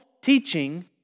teaching